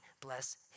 bless